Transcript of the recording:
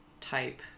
type